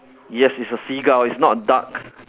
yes it's a seagull it's not a duck